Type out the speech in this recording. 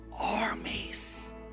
armies